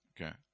Okay